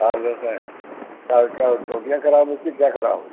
आठ दस हैं क्या क्या टोटियाँ ख़राब हैं उसकी क्या ख़राब है